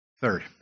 Third